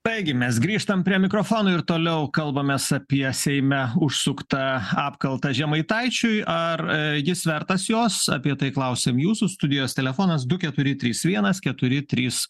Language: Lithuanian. taigi mes grįžtam prie mikrofonų ir toliau kalbamės apie seime užsuktą apkaltą žemaitaičiui ar jis vertas jos apie tai klausėm jūsų studijos telefonas du keturi trys vienas keturi trys